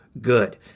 good